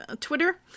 Twitter